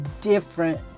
different